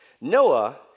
Noah